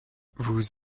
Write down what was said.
vous